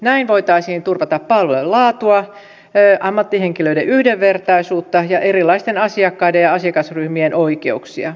näin voitaisiin turvata palvelujen laatua ammattihenkilöiden yhdenvertaisuutta ja erilaisten asiakkaiden ja asiakasryhmien oikeuksia